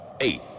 eight